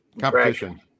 Competition